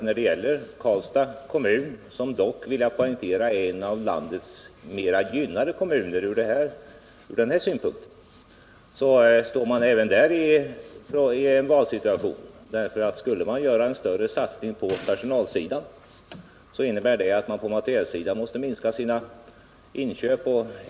När det gäller Karlstads kommun, som dock — det vill jag poängtera — är en av landets mera gynnade kommuner från denna synpunkt, så står man även där i en valsituation. Skulle man nämligen göra en större satsning på personalsidan innebär det att man måste minska sina inköp på materielsidan.